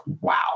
wow